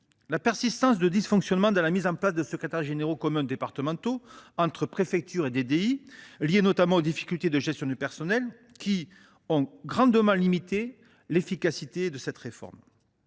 La persistance de dysfonctionnements dans la mise en place des secrétariats généraux communs départementaux, entre préfectures et DDI, est notamment liée aux difficultés de gestion du personnel, qui ont grandement limité l’efficacité de cette réforme.